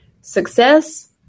success